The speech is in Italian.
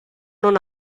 non